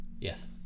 yes